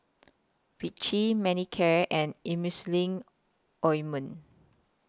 Vichy Manicare and Emulsying Ointment